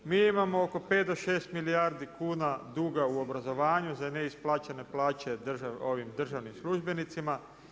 Mi imamo oko 5 do 6 milijardi kuna duga u obrazovanju za neisplaćene plaće državnim službenicima.